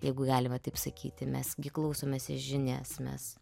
jeigu galima taip sakyti mes gi klausomės ir žinias mes